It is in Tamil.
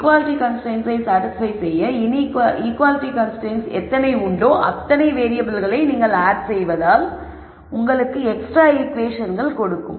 ஈக்குவாலிட்டி கன்ஸ்ரைன்ட்ஸை சாடிஸ்பய் செய்ய ஈக்குவாலிட்டி கன்ஸ்ரைன்ட்ஸ் எத்தனை உன்டோ அத்தனை வேறியபிள்கள் ஆட் செய்வதால் உங்களுக்கு எக்ஸ்ட்ரா ஈகுவேஷன்களை கொடுக்கும்